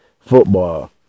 football